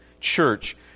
church